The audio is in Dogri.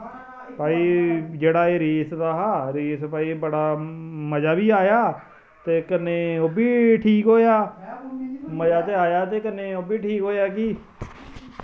भाई जेह्ड़ा एह् रेस दा हा रेस भाई एह् बड़ा मजा बी आया ते कन्नै ओह् बी ठीक होआ मजा ते आया ते कन्नै ओह् बी ठीक होआ कि